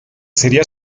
seria